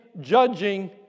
judging